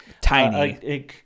tiny